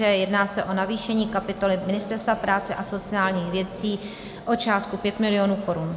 Jedná se o navýšení kapitoly Ministerstva práce a sociálních věcí o částku 5 mil. korun.